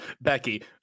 becky